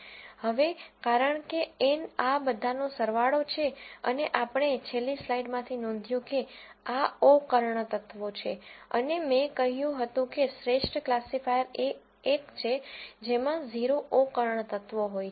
હવે કારણ કે N આ બધાનો સરવાળો છે અને આપણે છેલ્લી સ્લાઇડમાંથી નોંધ્યું છે કે આ ઓ કર્ણ તત્વો છે અને મેં કહ્યું હતું કે શ્રેષ્ઠ ક્લાસિફાયર એ એક છે જેમાં 0 ઓ કર્ણ તત્વો હોય છે